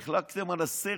החלקתם על השכל.